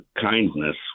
kindness